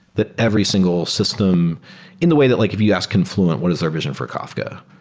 that every single system in the way that like if you ask confluent, what is their vision for kafka,